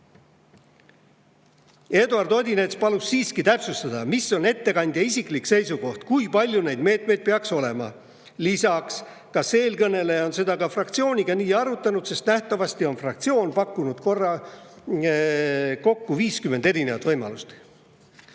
"Eduard Odinets palus siiski täpsustada, mis on ettekandja isiklik seisukoht, kui palju neid meetmeid peaks olema. Lisaks, kas eelkõneleja on seda ka fraktsiooniga nii arutanud, sest nähtavasti on fraktsioon pakkunud kokku 50 erinevat võimalust.